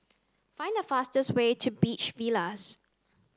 find the fastest way to Beach Villas